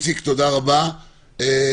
תודה רבה, איציק.